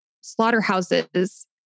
Slaughterhouses